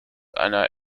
einer